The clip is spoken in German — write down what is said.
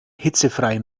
hitzefrei